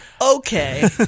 Okay